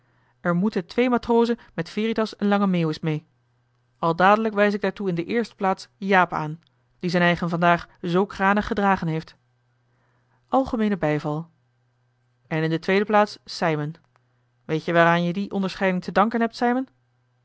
er moeten twee matrozen met veritas en lange meeuwis mee al dadelijk wijs ik daartoe in de eerste plaats jaap aan die z'n eigen vandaag zoo kranig gedragen heeft algemeene bijval en in de tweede plaats sijmen weet-je waaraan je die onderscheiding te danken hebt sijmen